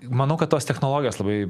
manau kad tos technologijos labai